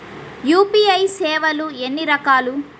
UPI సేవలు ఎన్నిరకాలు?